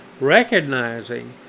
recognizing